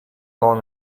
along